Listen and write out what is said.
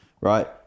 right